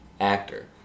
actor